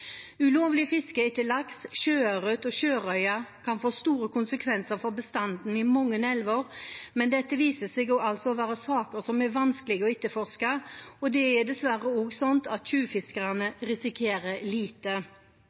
Ulovlig fiske etter laks, sjøørret og sjørøye kan få store konsekvenser for bestanden i mange elver, men dette viser seg å være saker som er vanskelig å etterforske. Dessverre risikerer tjuvfiskerne også lite. Vi synes derfor det er helt på sin plass at